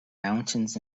mountains